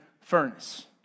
furnace